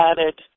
added